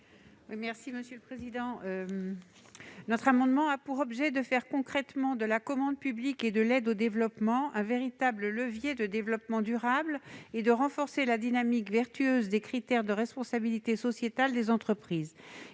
Mme Jacky Deromedi. Cet amendement a pour objet de faire concrètement de la commande publique et de l'aide au développement de véritables leviers de développement durable et de renforcer la dynamique vertueuse des critères de responsabilité sociétale des entreprises